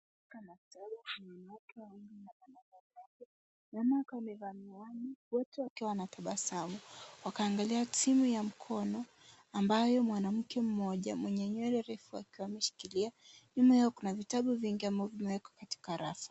Katika maktaba, kuna wanawake wawili na mwanaume mmoja; mwanuame akiwa amevalia miwani, wote wakiwa wanatabasamu. Wakiangalia simu ya mkono ambayo mwanamke mmoja mwenye nywele refu akiwa ameshikilia. Nyuma yao, kuna vitabu vingi ambavyo vimewekwa katika rafu.